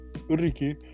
Ricky